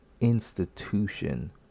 institution